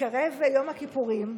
התקרב יום הכיפורים.